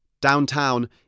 Downtown